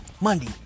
Monday